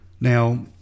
Now